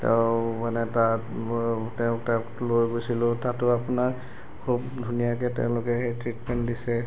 তেওঁ মানে তাত তেওঁ তেওঁক লৈ গৈছিলোঁ তাতো আপোনাৰ খুব ধুনীয়াকৈ তেওঁলোকে ট্ৰিটমেণ্ট দিছে